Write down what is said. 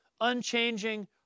unchanging